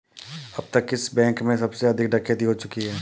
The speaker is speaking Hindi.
अब तक किस बैंक में सबसे अधिक डकैती हो चुकी है?